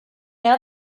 know